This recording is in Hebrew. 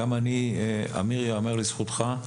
עמיר ייאמר לזכותך,